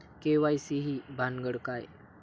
KYC ही भानगड काय?